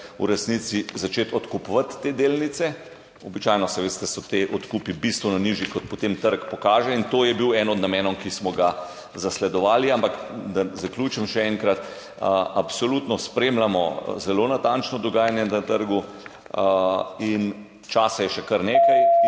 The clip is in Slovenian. v resnici začeti odkupovati te delnice. Običajno, saj veste, so ti odkupi bistveno nižji, kot potem trg pokaže, in to je bil eden od namenov, ki smo ga zasledovali. Ampak, da zaključim še enkrat, absolutno spremljamo zelo natančno dogajanje na trgu in časa je še kar nekaj